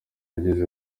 yageze